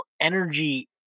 energy